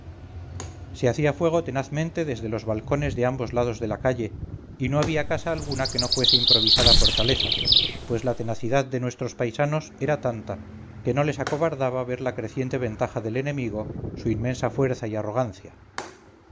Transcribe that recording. se hacía fuego tenazmente desde los balcones de ambos lados de la calle y no había casa alguna que no fuese improvisada fortaleza pues la tenacidad de nuestros paisanos era tanta que no les acobardaba ver la creciente ventaja del enemigo su inmensa fuerza y arrogancia